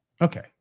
Okay